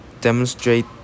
demonstrate